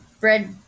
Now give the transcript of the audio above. bread